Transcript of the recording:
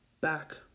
back